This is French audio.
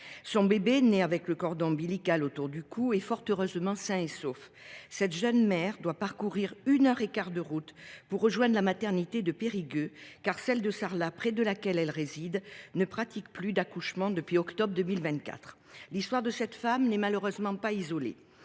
son bébé, né avec le cordon ombilical autour du cou, est sain et sauf. Cette jeune mère avait une heure et quart de route à parcourir pour rejoindre la maternité de Périgueux, car celle de Sarlat, près de laquelle elle réside, ne pratique plus d’accouchements depuis le mois d’octobre 2024. L’histoire de cette femme n’est malheureusement pas un